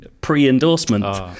pre-endorsement